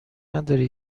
نداری